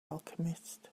alchemist